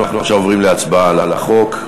אנחנו עכשיו עוברים להצבעה על החוק.